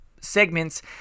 segments